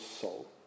soul